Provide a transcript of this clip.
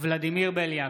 ולדימיר בליאק,